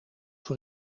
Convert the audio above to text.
voor